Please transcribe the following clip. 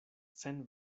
sen